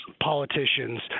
politicians